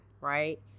right